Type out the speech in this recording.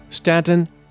Stanton